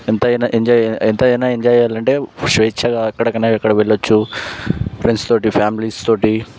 ఎంతైనా ఎంజాయ్ ఎంతైనా ఎంజాయ్ చేయాలంటే స్వేచ్ఛగా ఎక్కడికైనా ఎక్కడకైనా వెళ్లొచ్చు ఫ్రెండ్స్ తోటి ఫ్యామిలీస్ తోటి